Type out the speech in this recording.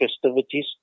festivities